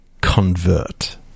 convert